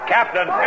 Captain